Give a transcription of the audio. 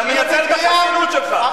אתה מנצל את החסינות שלך.